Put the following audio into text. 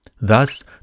thus